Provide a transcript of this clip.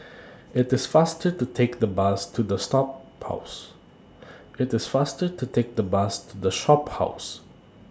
IT IS faster to Take The Bus to The Shophouse